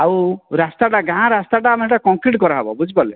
ଆଉ ରାସ୍ତାଟା ଗାଁ ରାସ୍ତାଟା ଆମ ସେଟା କଂକ୍ରିଟ କରାହେବ ବୁଝିପାରିଲେ